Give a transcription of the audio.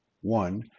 One